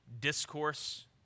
discourse